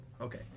Okay